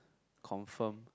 confirm